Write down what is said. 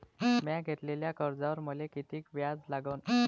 म्या घेतलेल्या कर्जावर मले किती व्याज लागन?